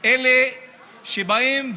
הם נכנסים אבל לא יודעים מתי הם יוצאים.